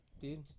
dude